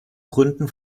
gründen